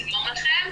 שלום לכם.